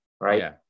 right